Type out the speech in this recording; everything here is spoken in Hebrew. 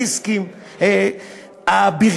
הסתובבתי בבניין,